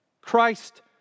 Christ